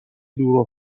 دور